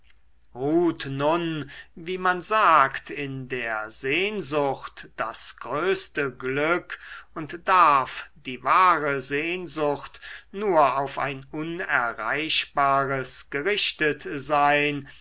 nun wie man sagt in der sehnsucht das größte glück und darf die wahre sehnsucht nur auf ein unerreichbares gerichtet sein